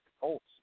Colts